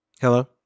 Hello